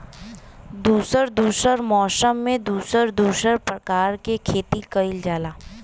दुसर दुसर मौसम में दुसर दुसर परकार के खेती कइल जाला